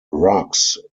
rugs